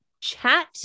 chat